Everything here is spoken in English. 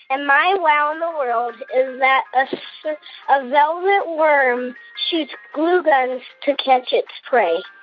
and my wow in the world is that a ah velvet worm shoots glue guns to catch its prey.